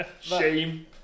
Shame